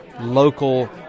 local